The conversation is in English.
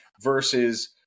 versus